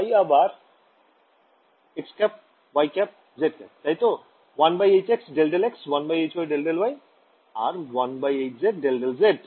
তাই আবার xˆ yˆ zˆ তাইতো 1hx∂∂x 1hy ∂∂y 1hz ∂∂z